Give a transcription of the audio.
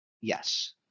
yes